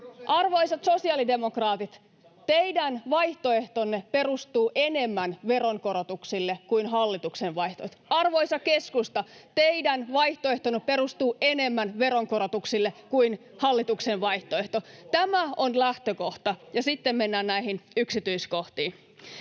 Arvoisat sosiaalidemokraatit, teidän vaihtoehtonne perustuu enemmän veronkorotuksille kuin hallituksen vaihtoehto. Arvoisa keskusta, teidän vaihtoehtonne perustuu enemmän veronkorotuksille kuin hallituksen vaihtoehto. [Jouni Ovaska: Se on reilumpaa suomalaisille!] Tämä on lähtökohta, ja sitten mennään näihin yksityiskohtiin: